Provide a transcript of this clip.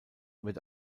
wird